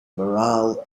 morale